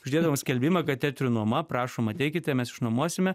uždėdavom skelbimą kad tetrių nuoma prašom ateikite mes išnuomosime